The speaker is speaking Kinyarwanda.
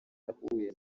yahuye